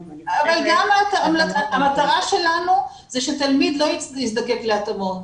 ואני חושבת --- המטרה שלנו זה שתלמיד לא יזדקק להתאמות.